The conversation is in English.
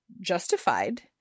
justified